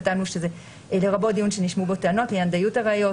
כתבנו שזה לרבות דיון שנשמעו בו טענות לעניין דיות הראיות,